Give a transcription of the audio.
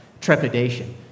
trepidation